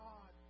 God